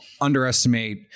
underestimate